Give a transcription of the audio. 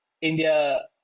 India